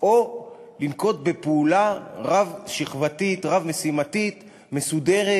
או לנקוט פעולה רב-שכבתית, רב-משימתית, מסודרת